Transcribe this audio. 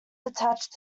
detached